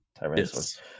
Tyrannosaurus